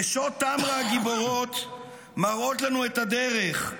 נשות טמרה הגיבורות מראות לנו את הדרך: